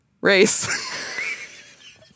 race